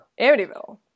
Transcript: Amityville